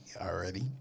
Already